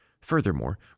Furthermore